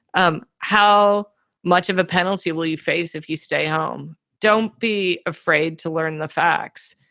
um how much of a penalty will you face if you stay home? don't be afraid to learn the facts,